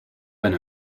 where